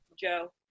Joe